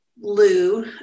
Lou